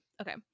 Okay